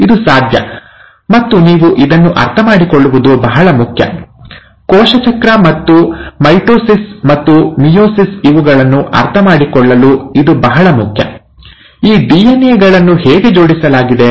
ಇದು ಸಾಧ್ಯ ಮತ್ತು ನೀವು ಇದನ್ನು ಅರ್ಥಮಾಡಿಕೊಳ್ಳುವುದು ಬಹಳ ಮುಖ್ಯ ಕೋಶ ಚಕ್ರ ಮತ್ತು ಮೈಟೋಸಿಸ್ ಮತ್ತು ಮಿಯೋಸಿಸ್ ಇವುಗಳನ್ನು ಅರ್ಥಮಾಡಿಕೊಳ್ಳಲು ಇದು ಬಹಳ ಮುಖ್ಯ ಈ ಡಿಎನ್ಎ ಗಳನ್ನು ಹೇಗೆ ಜೋಡಿಸಲಾಗಿದೆ